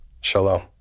Shalom